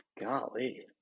Golly